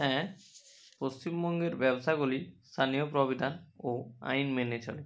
হ্যাঁ পশ্চিমবঙ্গের ব্যবসাগুলি স্থানীয় প্রবিধান ও আইন মেনে চলে